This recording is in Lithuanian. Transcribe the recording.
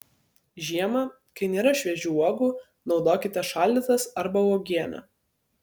žiemą kai nėra šviežių uogų naudokite šaldytas arba uogienę